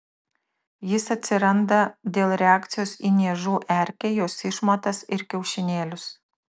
jis atsiranda dėl reakcijos į niežų erkę jos išmatas ir kiaušinėlius